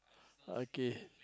okay